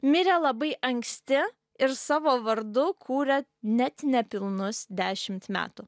mirė labai anksti ir savo vardu kūrė net nepilnus dešimt metų